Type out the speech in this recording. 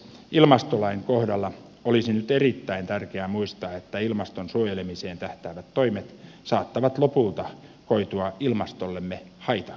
ilmastolain kohdalla olisi nyt erittäin tärkeää muistaa että ilmaston suojelemiseen tähtäävät toimet saattavat lopulta koitua ilmastollemme haitaksi